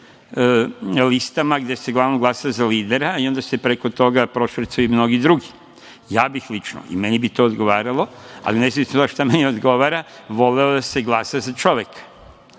listama, gde se uglavnom glasa za lidera i onda se preko toga prošvercuju i mnogi drugi. Ja bih lično, i meni bi to odgovaralo, ali nezavisno od toga šta meni odgovara, voleo da se glasa za čoveka,